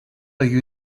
you